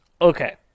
Okay